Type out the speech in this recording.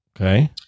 Okay